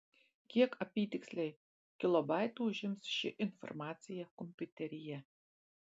kiek apytiksliai kilobaitų užims ši informacija kompiuteryje